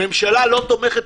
הממשלה לא תומכת,